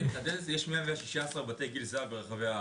יש 116 בתי גיל הזהב ברחבי הארץ,